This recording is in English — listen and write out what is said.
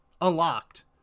unlocked